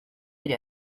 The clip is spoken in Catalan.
era